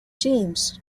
teams